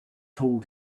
told